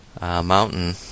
Mountain